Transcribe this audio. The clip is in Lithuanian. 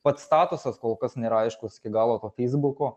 pats statusas kol kas nėra aiškus iki galo to feisbuko